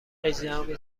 هجدهمین